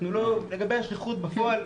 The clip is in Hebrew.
לגבי השכיחות בפועל,